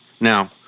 Now